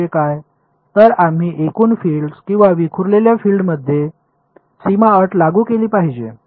तर आम्ही एकूण फील्ड किंवा विखुरलेल्या फील्डमध्ये सीमा अट लागू केली पाहिजे